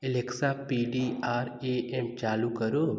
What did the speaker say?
Alexa P D R A M चालू करो